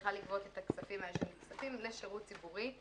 שצריכה לגבות את הכספים לשרות ציבורי,